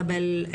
כאלה,